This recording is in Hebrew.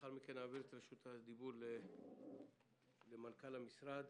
ולאחר מכן אעביר את רשות הדיבור למנכ"ל המשרד,